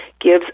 gives